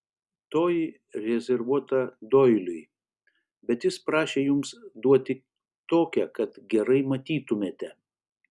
toji rezervuota doiliui bet jis prašė jums duoti tokią kad gerai matytumėte